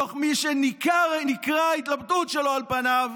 מתוך מי שניכרה ההתלבטות שלו על פניו,